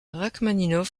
rachmaninov